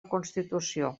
constitució